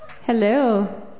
Hello